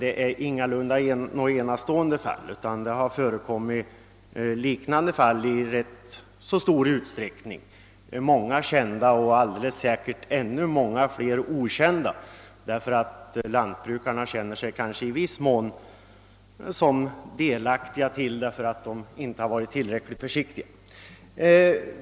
Det har i ganska stor utsträckning förekommit liknande fall, många kända och alldeles säkert ännu fler okända därför att lantbrukarna kanske i viss mån känt sig delaktiga på grund av att de inte varit tillräckligt försiktiga.